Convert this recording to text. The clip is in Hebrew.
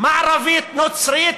מערבית נוצרית,